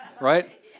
right